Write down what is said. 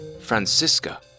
Francisca